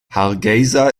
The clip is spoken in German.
hargeysa